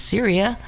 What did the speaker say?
Syria